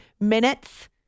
minutes